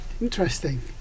interesting